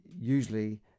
usually